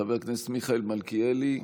חבר הכנסת מיכאל מלכיאלי,